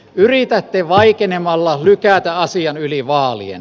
yritätte vaikenemalla lykätä asian yli vaalien